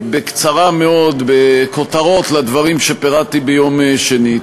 בקצרה מאוד, בכותרות, לדברים שפירטתי ביום שני.